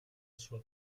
sua